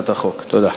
תודה.